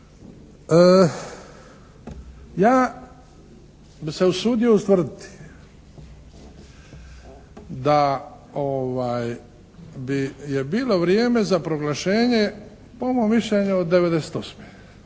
Ja bi se usudio ustvrditi da je bilo vrijeme za proglašenje po mom mišljenju od 98.